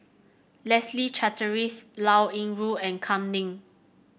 Leslie Charteris Liao Yingru and Kam Ning